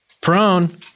Prone